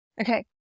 Okay